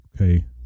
okay